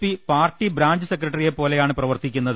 P party branch സെക്രട്ടറിയെ പോലെയാണ് പ്രവർത്തിക്കുന്നത്